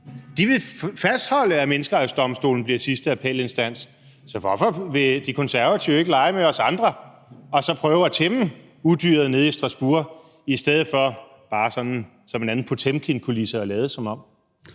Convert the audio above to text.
– vil fastholde, at Menneskerettighedsdomstolen bliver sidste appelinstans. Så hvorfor vil De Konservative ikke lege med os andre og prøve at tæmme udyret nede i Strasbourg i stedet for bare som en anden potemkinkulisse at lade som om.